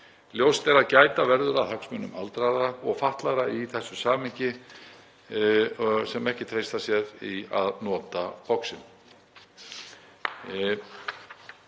Ljóst er að gæta verður að hagsmunum aldraðra og fatlaðra í þessu samhengi sem ekki treysta sér til að nota boxin.